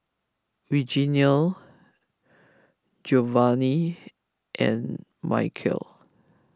Reginal Giovanni and Mykel